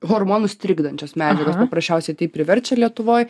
hormonus trikdančios medžiagos paprasčiausiai taip ir verčia lietuvoj